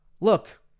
Look